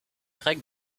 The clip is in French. grec